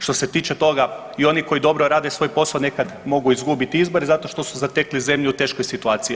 Što se tiče toga i oni koji dobro rade svoj posao nekad mogu izgubiti izbore zato što su zatekli zemlju u teškoj situaciji.